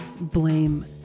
blame